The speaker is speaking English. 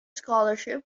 scholarship